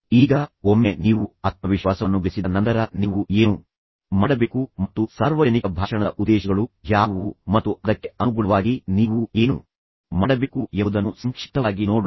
ಈಗ ಒಮ್ಮೆ ನೀವು ಆತ್ಮವಿಶ್ವಾಸವನ್ನು ಗಳಿಸಿದ ನಂತರ ನೀವು ಏನು ಮಾಡಬೇಕು ಮತ್ತು ಸಾರ್ವಜನಿಕ ಭಾಷಣದ ಉದ್ದೇಶಗಳು ಯಾವುವು ಮತ್ತು ಅದಕ್ಕೆ ಅನುಗುಣವಾಗಿ ನೀವು ಏನು ಮಾಡಬೇಕು ಎಂಬುದನ್ನು ಸಂಕ್ಷಿಪ್ತವಾಗಿ ನೋಡೋಣ